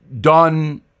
done